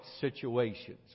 situations